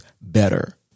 better